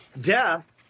death